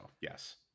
Yes